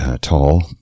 tall